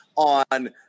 on